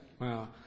Wow